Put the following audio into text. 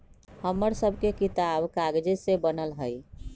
हमर सभके किताब कागजे से बनल हइ